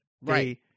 Right